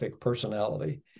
personality